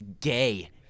gay